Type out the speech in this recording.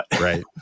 Right